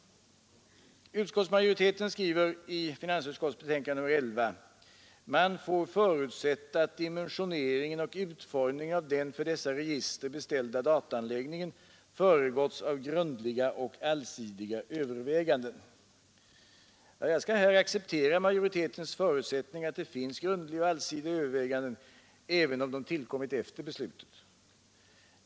Utskottsmajoriteten skriver i finansutskottets betänkande nr 11 följande: ”Man får förutsätta att dimensionering och utformning av den för dessa register beställda dataanläggningen föregåtts av grundliga och allsidiga överväganden.” Jag skall här acceptera majoritetens förutsättning, att det finns grundliga och allsidiga överväganden, även om de tillkommit efter beslutet.